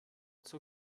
zur